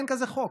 אין כזה חוק.